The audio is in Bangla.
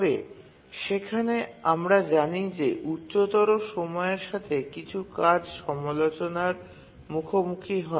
তবে সেখানে আমরা জানি যে উচ্চতর সময়ের সাথে কিছু কাজ সমালোচনার মুখোমুখি হয়